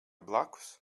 blakus